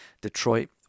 detroit